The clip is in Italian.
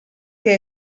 che